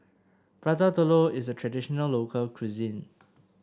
Prata Telur is a traditional local cuisine